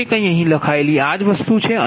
ખરેખર અહીં લખેલી આ જ વસ્તુ છે